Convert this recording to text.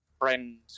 friend